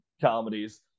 comedies